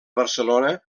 barcelona